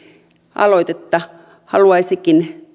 aloitetta haluaisikin